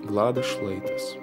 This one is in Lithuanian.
vladas šlaitas